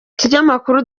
ikinyamakuru